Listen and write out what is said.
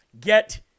get